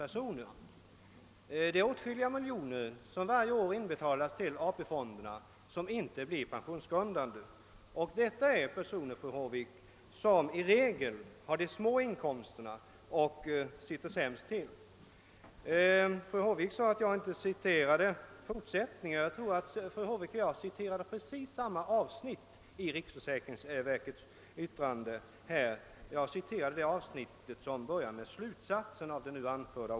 Varje år inbetalas till ATP-fonderna åtskilliga miljoner som inte blir pensionsgrundande, och det rör sig om personer, fru Håvik, som i regel har små inkomster och ligger sämst till. Fru Håvik sade att jag inte citerade fortsättningen men jag tror att fru Håvik och jag citerade precis samma avsnitt i riksförsäkringsverkets yttrande. Jag citerade nämligen det avsnitt som börjar med »Slutsatsen av det nu anförda».